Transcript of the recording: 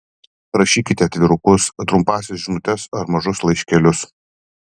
rašykite atvirukus trumpąsias žinutes ar mažus laiškelius